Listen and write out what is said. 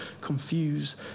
confuse